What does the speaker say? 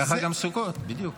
כך גם סוכות, בדיוק.